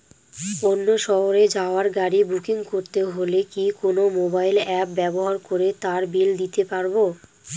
অন্য শহরে যাওয়ার গাড়ী বুকিং করতে হলে কি কোনো মোবাইল অ্যাপ ব্যবহার করে তার বিল দিতে পারব?